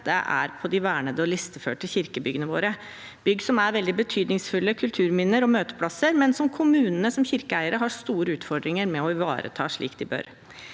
på de vernede og listeførte kirkebyggene våre. Det er bygg som er svært betydningsfulle kulturminner og møteplasser, men som kommunene som kirkeeiere har store utfordringer med å ivareta slik de bør.